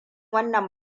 wannan